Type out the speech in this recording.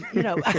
you know,